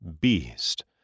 Beast